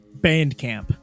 Bandcamp